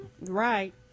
Right